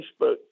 Facebook